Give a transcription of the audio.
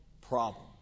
problem